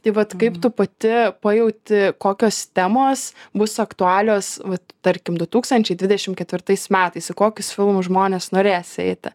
tai vat kaip tu pati pajauti kokios temos bus aktualios vat tarkim du tūkstančiai dvidešim ketvirtais metais į kokius filmus žmonės norės eiti